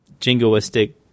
jingoistic